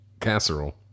casserole